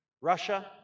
Russia